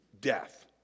Death